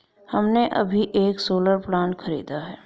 हमने अभी एक सोलर प्लांट खरीदा है